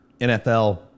NFL